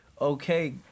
okay